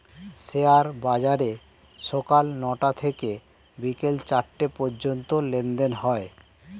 share বাজারে সকাল নয়টা থেকে বিকেল চারটে পর্যন্ত লেনদেন হয়